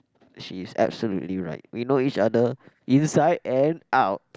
she's absolutely right we know each other inside and out